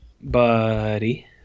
Buddy